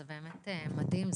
זה באמת מדהים.